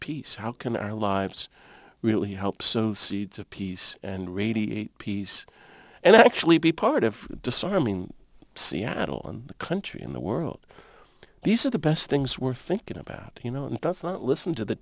peace how can our lives really help so the seeds of peace and radiate peace and actually be part of disarming seattle and country in the world these are the best things we're thinking about you know and doesn't listen to the